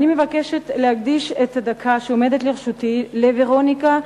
אני מבקשת להקדיש את הדקה שעומדת לרשותי לוורוניקה,